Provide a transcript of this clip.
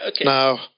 now